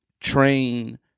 train